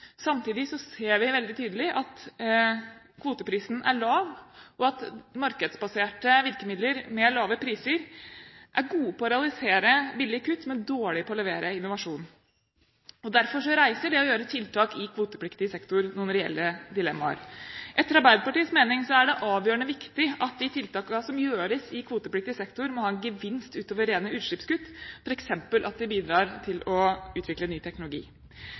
Samtidig ser vi veldig tydelig at kvoteprisen er lav, og at markedsbaserte virkemidler med lave priser er gode på å realisere billige kutt. Men de er dårlige på å levere innovasjon. Derfor reiser det å gjøre tiltak i kvotepliktig sektor noen reelle dilemmaer. Etter Arbeiderpartiets mening er det avgjørende viktig at de tiltakene som gjøres i kvotepliktig sektor, har en gevinst utover rene utslippskutt, f.eks. bidrar til å utvikle ny teknologi.